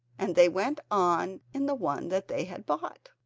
and they went on in the one that they had bought.